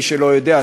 למי שלא יודע,